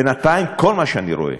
בינתיים כל מה שאני רואה,